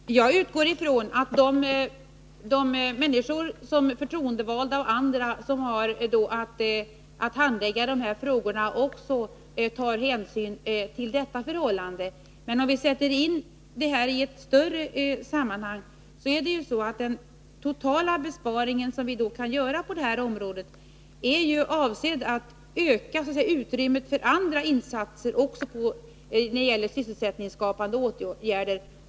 Herr talman! Jag utgår från att de som har att handlägga dessa frågor, förtroendevalda och andra, tar hänsyn också till detta förhållande. Men om vi sätter in saken i ett större sammanhang, finner vi att den totala besparing som vi kan göra på detta område också är avsedd att öka utrymmet för andra sysselsättningsskapande insatser.